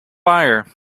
fire